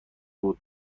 بود